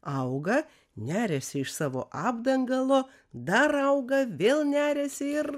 auga neriasi iš savo apdangalo dar auga vėl neriasi ir